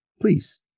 please